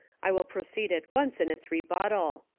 i will proceed at once in its rebuttal.